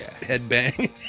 Headbang